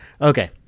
Okay